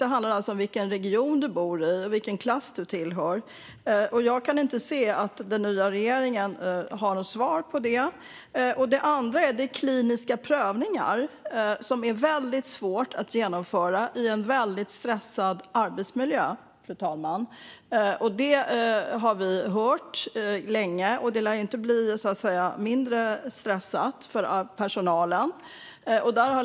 Det handlar om vilken region man bor i och vilken klass man tillhör. Jag kan inte se att den nya regeringen har något svar på detta. Det andra är kliniska prövningar, fru talman, som är väldigt svåra att genomföra i en stressig arbetsmiljö. Det har vi hört länge, och det lär inte bli mindre stressigt för personalen.